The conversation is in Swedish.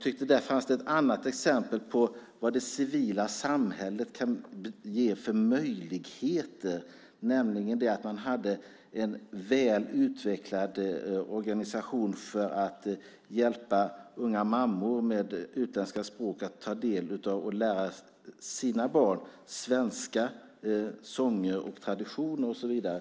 Där såg jag ett annat exempel på vad det civila samhället kan ge för möjligheter. Man hade nämligen en väl utvecklad organisation för att hjälpa unga mammor med utländska språk som modersmål att ta del av och lära sina barn svenska sånger, traditioner och så vidare.